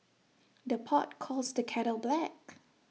the pot calls the kettle black